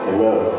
Amen